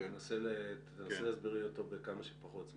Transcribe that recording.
תנסה להסביר לי אותו בכמה שפחות זמן.